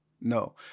no